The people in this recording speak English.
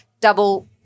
double